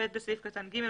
בסעיף קטן (ג),